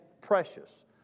precious